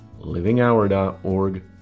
livinghour.org